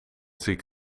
ziek